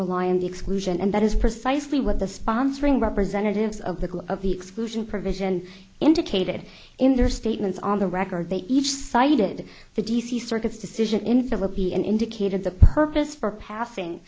rely on the exclusion and that is precisely what the sponsoring representatives of the of the exclusion provision indicated in their statements on the record they each cited the d c circuits decision in philippian indicated the purpose for passing